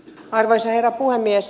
arvoisa herra puhemies